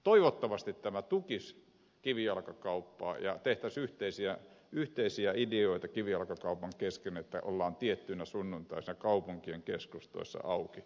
toivottavasti tämä tukisi kivijalkakauppaa ja tehtäisiin yhteisiä ideoita kivijalkakaupan kesken että ollaan tiettyinä sunnuntaina kaupunkien keskustoissa auki